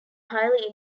highly